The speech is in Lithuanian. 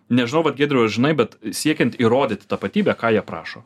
nežinau vat giedriau ar žinai bet siekiant įrodyt tapatybę ką jie prašo